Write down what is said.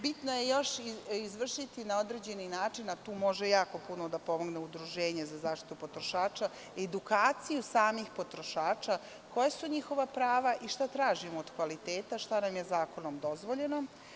Bitno je još izvršiti na određeni način, a tu može jako puno da pomogne Udruženje za zaštitu potrošača, edukacija samih potrošača i koja su njihova prava i šta tražimo od kvaliteta, šta nam je zakonom dozvoljeno.